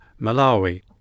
Malawi